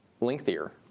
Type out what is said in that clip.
lengthier